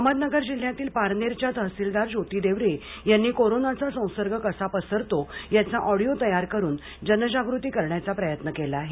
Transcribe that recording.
अहमदनगर जिल्ह्यातील पारनेरच्या तहसीलदार ज्योती देवरे यांनी कोरोनाचा संसर्ग कसा पसरतो याचा ऑडिओ तयार करून जनजागृती करण्याचा प्रयत्न केला आहे